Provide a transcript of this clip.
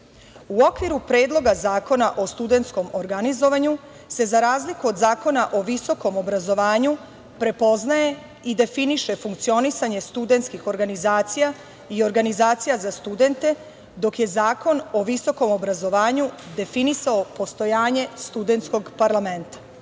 okviru Predloga zakona o studentskom organizovanju se, za razliku od Zakona o visokom obrazovanju, prepoznaje i definiše funkcionisanje studentskih organizacija i organizacija za studente, dok je Zakon o visokom obrazovanju definisao postojanje studentskog parlamenta. Ciljevi